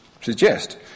suggest